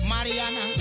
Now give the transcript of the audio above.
Mariana